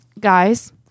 guys